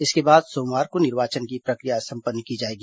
इसके बाद सोमवार को निर्वाचन की प्रक्रिया संपन्न की जाएगी